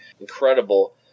incredible